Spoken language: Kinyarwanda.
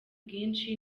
bwinshi